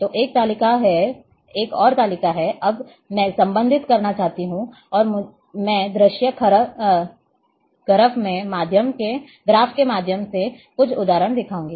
तो एक तालिका है एक और तालिका है अब मैं संबंधित करना चाहता हूं और मैं दृश्य ग्राफ के माध्यम से कुछ उदाहरण दिखाऊंगा